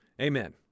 Amen